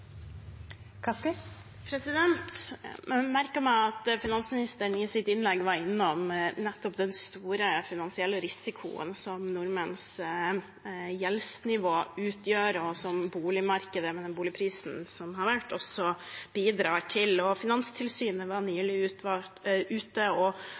Jeg merket meg at finansministeren i sitt innlegg var innom nettopp den store finansielle risikoen som nordmenns gjeldsnivå utgjør, og som boligmarkedet, med de boligprisene som har vært, også bidrar til. Finanstilsynet var nylig igjen ute og